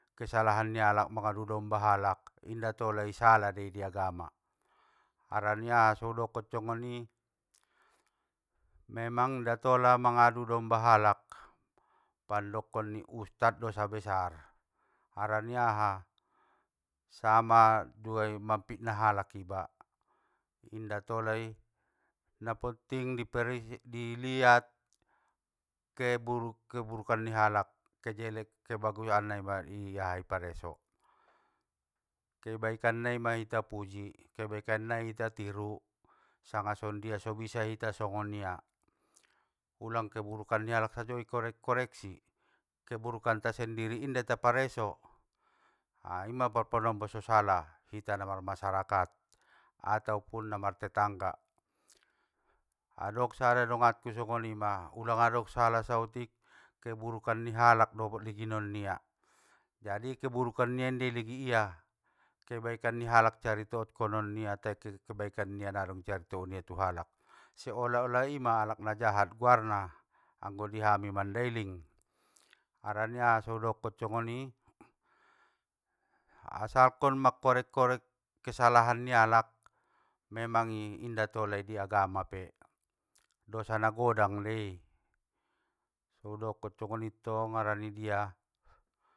Kesalahan nialak mangadu domba halak inda tolai sala dei i agama, harana niaha u dokkon congoni, memang inda tola mangadu domba halak pandokon ni ustad dosa besar, harani aha? Sama juai mamfitnah alak iba inda tola i napetting i peri i llihat, keburu- keburukan ni halak, kejelek kebagusan na iba i aha i pareso, kebaikan naima ita puji kebaikan nai ita tiru sanga songondia so bisa ita songon dia ulang keburukan ni halak sajo i korek koreksi, keburukanta sendiri inda ita pareso, a ima parpanombo sosala hita na marmasarakat, ataupun namar tetangga. Adong sada donganku songonima ulang adong sala saotik, keburukan ni halak do got liginon nia jadi keburukana nia inda iligin ia, kebaikan ni halak carito okko non nia tai ke- kebaikan nia ngga dong i carito on ia tu halak, seolah olah ima alak najahat guarna, anggo dihami mandailing, harani aha so udokkon congoni, asalkon mangkorek korek kesalahan ni halak, memang i! Inda tola i agama pe, dosa nagodang dei, soudokkon congoni tong, harani dia.